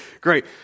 great